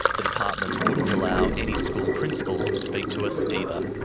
the department wouldn't allow any school principals to speak to us either.